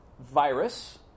virus